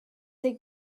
take